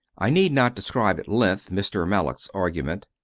i need not describe at length mr. mallock s argu ment,